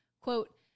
Quote